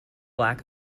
lack